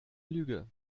lüge